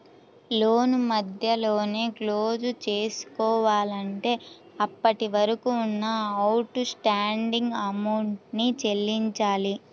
లోను మధ్యలోనే క్లోజ్ చేసుకోవాలంటే అప్పటివరకు ఉన్న అవుట్ స్టాండింగ్ అమౌంట్ ని చెల్లించాలి